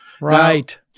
Right